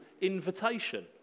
invitation